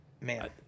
Man